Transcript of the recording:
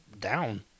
down